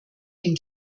den